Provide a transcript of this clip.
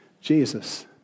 Jesus